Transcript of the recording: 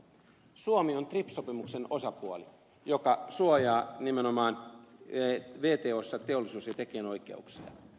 suomi on trips sopimuksen osapuoli joka suojaa nimenomaan wtossa teollisuus ja tekijänoikeuksia